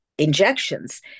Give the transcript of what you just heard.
injections